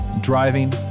driving